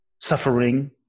suffering